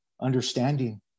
understanding